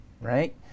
right